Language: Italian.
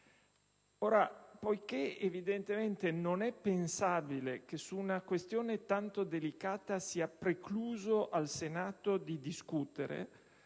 Ora, poiché evidentemente non è pensabile che su una questione tanto delicata sia precluso al Senato di discutere,